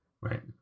Right